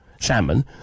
salmon